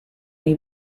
nei